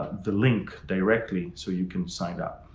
the link directly so you can sign up.